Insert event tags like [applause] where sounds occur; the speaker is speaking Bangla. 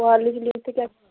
তো আপনি কি [unintelligible] থেকে [unintelligible]